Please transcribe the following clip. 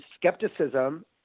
skepticism